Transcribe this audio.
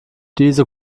diese